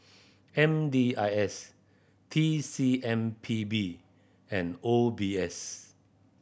M D I S T C M P B and O B S